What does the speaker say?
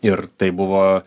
ir tai buvo